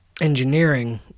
engineering